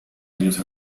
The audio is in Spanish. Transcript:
años